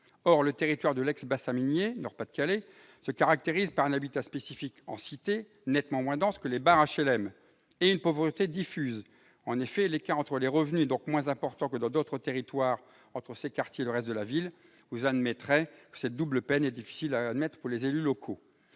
Or le territoire de l'ex-bassin minier du Nord-Pas-de-Calais se caractérise par un habitat spécifique en « cités », nettement moins dense que les barres HLM, et par une pauvreté diffuse : l'écart entre les revenus est donc moins important que dans d'autres territoires entre ces quartiers et le reste de la ville. Vous admettrez que cette double peine est difficile à admettre pour les élus locaux